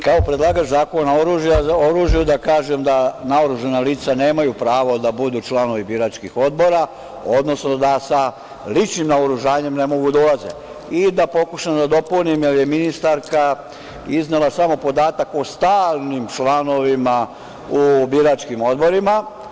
Kao predlagač Zakona o oružju da kažem da naoružana lica nemaju pravo da budu članovi biračkih odbora, odnosno da sa ličnim naoružanjem ne mogu da ulaze i da pokušam da dopunim, jer je ministarka iznela samo podatak o stalnim članovima u biračkim odborima.